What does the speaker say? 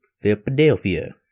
Philadelphia